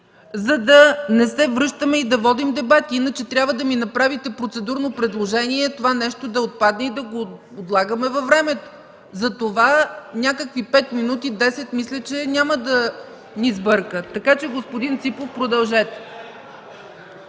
за да не се връщаме и да водим дебат, иначе трябва да ми направите процедурно предложение това нещо да отпадне и да го отлагаме във времето. Затова някакви 5 10 минути мисля, че няма да ни сбъркат. Така че, господин Ципов, продължете.